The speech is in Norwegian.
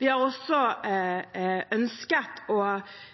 Vi har også ønsket og